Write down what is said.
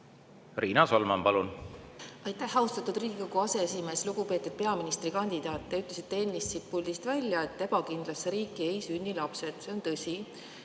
Riina Solman, palun! Aitäh, austatud Riigikogu aseesimees! Lugupeetud peaministrikandidaat! Te ütlesite ennist siit puldist välja, et ebakindlasse riiki ei sünni lapsi – see on tõsi